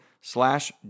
slash